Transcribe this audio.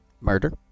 murder